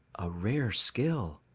a rare skill,